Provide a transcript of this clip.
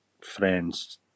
friends